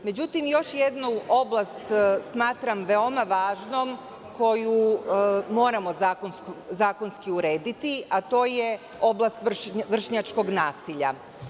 Međutim, još jednu oblast smatram veoma važnom koju moramo zakonski urediti, a to je oblast vršnjačkog nasilja.